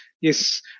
Yes